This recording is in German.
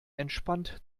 entspannt